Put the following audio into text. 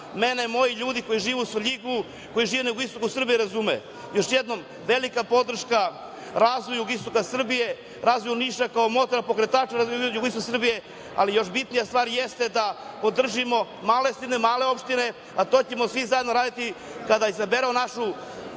mene moji ljudi koji žive u Svrljigu, koji žive na jugoistoku Srbije razumeju. Još jednom velika podrška razvoju jugoistoka Srbije, razvoju Niša kao motora, pokretača jugoistoka Srbije, ali još bitnija stvar jeste da podržimo male sredine, male opštine, a to ćemo svi zajedno raditi kada izaberemo našeg